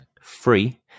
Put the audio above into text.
Free